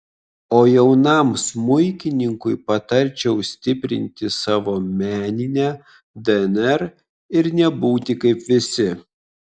o jaunam smuikininkui patarčiau stiprinti savo meninę dnr ir nebūti kaip visi